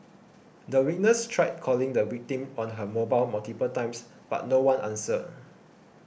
the witness tried calling the victim on her mobile multiple times but no one answered